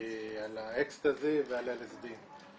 אקסטזי ועל LSD,